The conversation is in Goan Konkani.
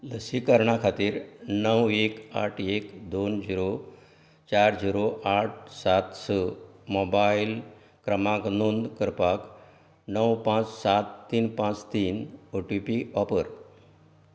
लसीकरणा खातीर णव एक आठ एक दोन झिरो चार झिरो आठ सात स मोबायल क्रमांक नोंद करपाक णव पांच सात तीन पांच तीन ओ टी पी वापर